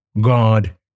God